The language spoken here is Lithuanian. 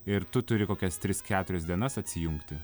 ir tu turi kokias tris keturias dienas atsijungti